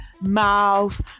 mouth